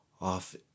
off